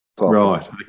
Right